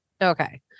okay